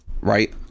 right